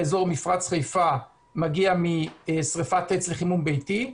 באזור מפרץ חיפה מגיע משריפת עץ לחימום ביתי,